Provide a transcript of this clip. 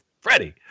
Freddie